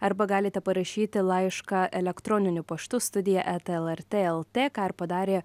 arba galite parašyti laišką elektroniniu paštu studija eta lrt lt ką ir padarė